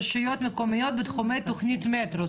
רשויות מקומיות בתחומי תוכנית המטרו.